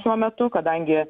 šiuo metu kadangi